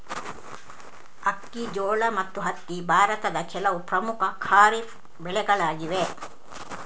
ಅಕ್ಕಿ, ಜೋಳ ಮತ್ತು ಹತ್ತಿ ಭಾರತದ ಕೆಲವು ಪ್ರಮುಖ ಖಾರಿಫ್ ಬೆಳೆಗಳಾಗಿವೆ